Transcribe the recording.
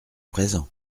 présent